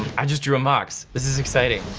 i just drew a mox, this is exciting.